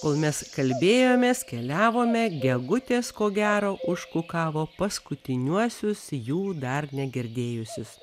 kol mes kalbėjomės keliavome gegutės ko gero užkukavo paskutiniuosius jų dar negirdėjusius